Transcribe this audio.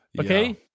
Okay